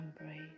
embrace